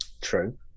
True